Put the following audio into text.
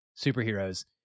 superheroes